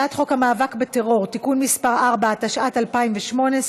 הצעת חוק המאבק בטרור (תיקון מס' 4), התשע"ט 2018,